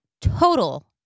total